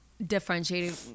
differentiating